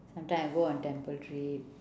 sometime I go on temple trip